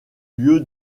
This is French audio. lieu